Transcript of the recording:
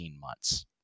months